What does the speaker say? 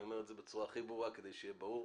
אומר את זה בצורה הכי ברורה כדי שיהיה ברור.